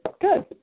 good